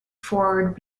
forward